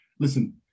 Listen